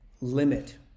limit